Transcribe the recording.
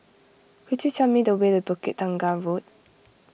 could you tell me the way to Bukit Tunggal Road